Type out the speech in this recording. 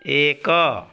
ଏକ